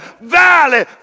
valley